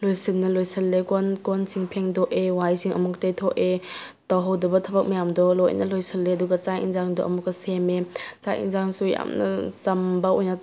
ꯂꯣꯏꯁꯤꯟꯅ ꯂꯣꯏꯁꯤꯟꯂꯦ ꯀꯣꯟ ꯀꯣꯟꯁꯤꯡ ꯐꯦꯡꯗꯣꯛꯑꯦ ꯋꯥꯏꯁꯤꯡ ꯑꯃꯨꯛ ꯇꯩꯊꯣꯛꯑꯦ ꯇꯧꯍꯧꯗꯕ ꯊꯕꯛ ꯃꯌꯥꯝꯗꯣ ꯂꯣꯏꯅ ꯂꯣꯏꯁꯤꯜꯂꯦ ꯑꯗꯨꯒ ꯆꯥꯛ ꯌꯦꯟꯁꯥꯡꯗꯣ ꯑꯃꯨꯛꯀ ꯁꯦꯝꯃꯦ ꯆꯥꯛ ꯌꯦꯟꯁꯥꯡꯁꯨ ꯌꯥꯝꯅ ꯆꯝꯕ ꯑꯣꯏꯅ